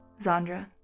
Zandra